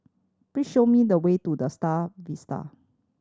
please show me the way to The Star Vista